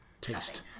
Taste